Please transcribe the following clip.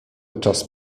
czas